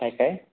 काय काय